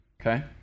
okay